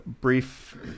brief